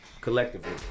collectively